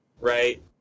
right